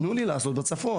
תנו לי לעשות בצפון,